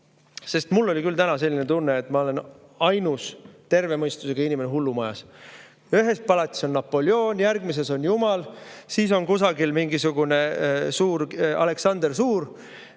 Sest mul oli küll täna selline tunne, et ma olen ainus terve mõistusega inimene hullumajas. Ühes palatis on Napoleon, järgmises on jumal, siis on kusagil mingisugune Aleksander Suur,